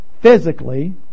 Physically